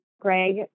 Greg